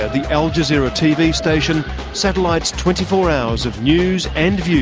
the al jazeera tv station satellites twenty four hours of news and views